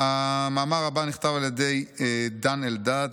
המאמר הבא נכתב על ידי דן אלדד.